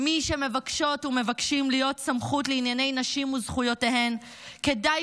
מי שמבקשות ומבקשים להיות סמכות לענייני נשים וזכויותיהן כדאי